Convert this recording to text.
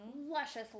Luscious